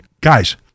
guys